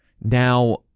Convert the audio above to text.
Now